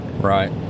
Right